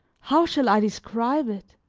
how shall i describe it?